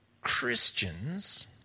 Christians